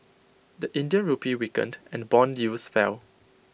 the Indian Rupee weakened and Bond yields fell